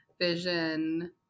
vision